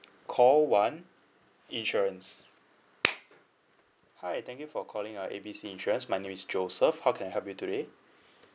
call one insurance hi thank you for calling uh A B C insurance my name is joseph how can I help you today